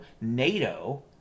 NATO